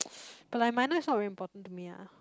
but like minor is not very important to me ah